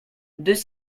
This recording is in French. deux